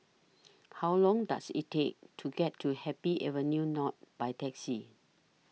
How Long Does IT Take to get to Happy Avenue North By Taxi